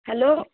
hello